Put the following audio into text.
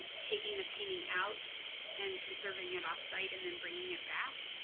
taking the painting out and conserving it off site and then bringing it back.